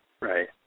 Right